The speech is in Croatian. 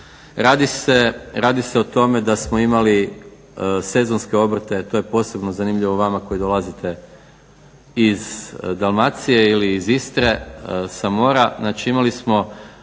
radi se o tome da smo imali sezonske obrte a to je posebno zanimljivo vama koji dolazite iz Dalmacije ili iz Istre, sa mora, znači imali smo